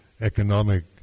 economic